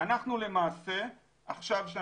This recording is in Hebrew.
נכון.